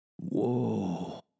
Whoa